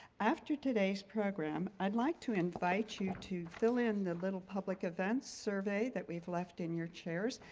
after today's program i'd like to invite you to fill in the little public events survey that we've left in your chairs.